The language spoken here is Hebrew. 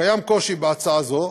קיים קושי בהצעה זו